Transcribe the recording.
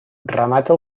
remata